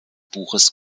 buches